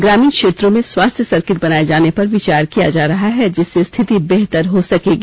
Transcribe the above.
ग्रामीण क्षेत्रों में स्वास्थ्य सर्किट बनाए जाने पर विचार किया जा रहा है जिससे स्थिति बेहतर हो सकेगी